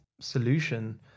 solution